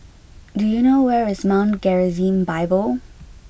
do you know where is Mount Gerizim Bible